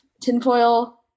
tinfoil